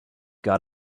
got